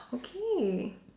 okay